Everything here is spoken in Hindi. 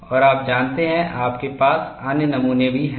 और आप जानते हैं आपके पास अन्य नमूने भी हैं